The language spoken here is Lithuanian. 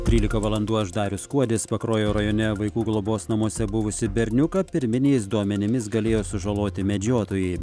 trylika valandų aš darius kuodis pakruojo rajone vaikų globos namuose buvusį berniuką pirminiais duomenimis galėjo sužaloti medžiotojai